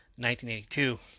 1982